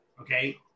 Okay